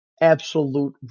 absolute